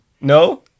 No